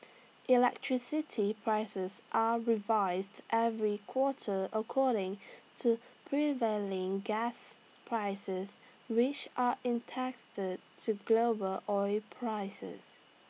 electricity prices are revised every quarter according to prevailing gas prices which are in taxed to global oil prices